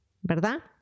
¿Verdad